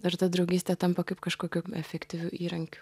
ir ta draugystė tampa kaip kažkokiu efektyviu įrankiu